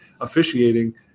officiating